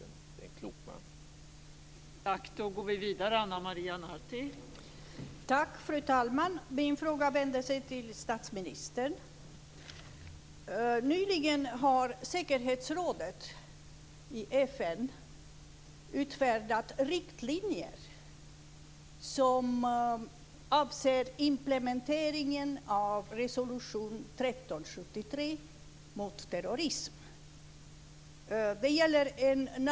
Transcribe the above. Det är en klok man.